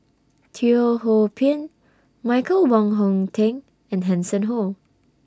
Teo Ho Pin Michael Wong Hong Teng and Hanson Ho